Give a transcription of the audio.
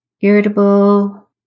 irritable